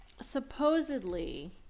Supposedly